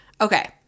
Okay